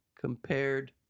compared